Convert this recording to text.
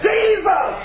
Jesus